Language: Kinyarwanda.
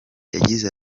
yagize